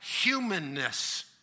humanness